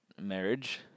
marriage